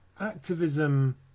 activism